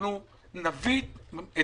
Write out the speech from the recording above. שאנחנו נביא את